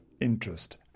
interest